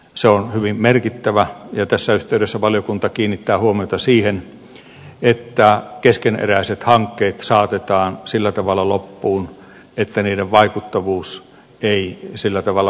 se on hyvin merkittävä ja tässä yhteydessä valiokunta kiinnittää huomiota siihen että keskeneräiset hankkeet saatetaan sillä tavalla loppuun että niiden vaikuttavuus ei vaarannu